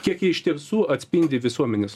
kiek jie iš tiesų atspindi visuomenės